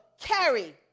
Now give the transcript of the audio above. carry